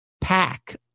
pack